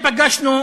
נפגשנו,